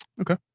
okay